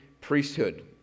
priesthood